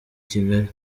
kigali